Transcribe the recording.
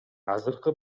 азыркы